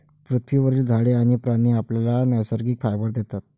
पृथ्वीवरील झाडे आणि प्राणी आपल्याला नैसर्गिक फायबर देतात